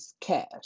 cash